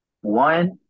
One